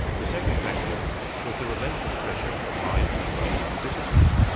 the second factor was the relentless pressure of high interest rates on businesses,